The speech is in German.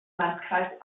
landkreis